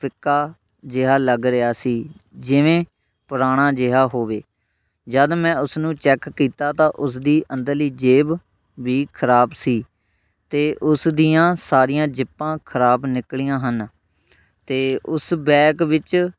ਫਿੱਕਾ ਜਿਹਾ ਲੱਗ ਰਿਹਾ ਸੀ ਜਿਵੇਂ ਪੁਰਾਣਾ ਜਿਹਾ ਹੋਵੇ ਜਦ ਮੈਂ ਉਸਨੂੰ ਚੈੱਕ ਕੀਤਾ ਤਾਂ ਉਸਦੀ ਅੰਦਰਲੀ ਜੇਬ ਵੀ ਖਰਾਬ ਸੀ ਅਤੇ ਉਸਦੀਆਂ ਸਾਰੀਆਂ ਜਿੱਪਾਂ ਖਰਾਬ ਨਿਕਲੀਆਂ ਹਨ ਅਤੇ ਉਸ ਬੈਗ ਵਿੱਚ